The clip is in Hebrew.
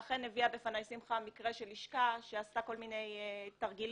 אכן הביאה בפניי שמחה מקרה של לשכה שעשתה כל מיני תרגילים עם העובדים.